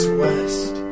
west